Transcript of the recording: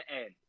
end